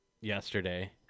yesterday